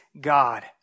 God